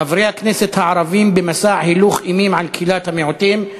חברי כנסת ערבים במסע הילוך אימים על קהילות המיעוטים,